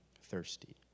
thirsty